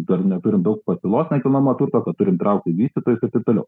dar neturim daug pasiūlos nekilnojamo turto kad turim traukti vystytojus ir taip toliau